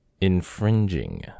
Infringing